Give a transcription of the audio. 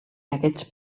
aquests